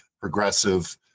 progressive